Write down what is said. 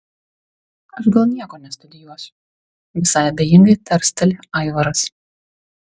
aš gal nieko nestudijuosiu visai abejingai tarsteli aivaras